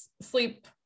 sleep